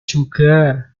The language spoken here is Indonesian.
juga